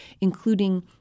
including